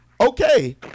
Okay